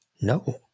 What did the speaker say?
No